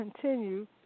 continue